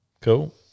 Cool